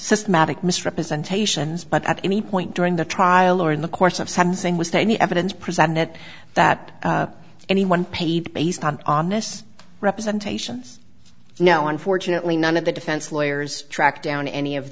systematic misrepresentations but at any point during the trial or in the course of something was there any evidence presented that anyone paid based on ominous representations no unfortunately none of the defense lawyers tracked down any of